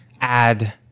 add